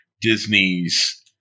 Disney's